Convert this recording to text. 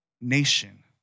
nation